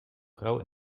vrouw